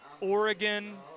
Oregon